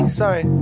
sorry